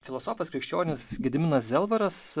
filosofas krikščionis gediminas zelvaras